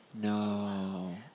No